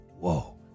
whoa